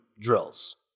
drills